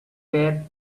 fair